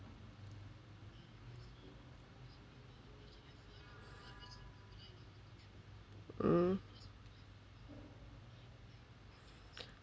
mm